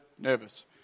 nervous